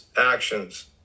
actions